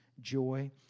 joy